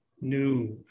new